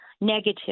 negative